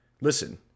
Listen